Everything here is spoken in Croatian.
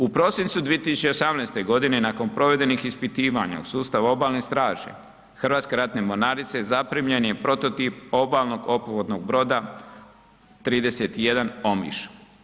U prosincu 2018. godine nakon provedenih ispitivanja u sustavu obalne straže Hrvatske ratne mornarice zaprimljen je prototip obalnog ophodnog broda 31 Omiš.